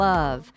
Love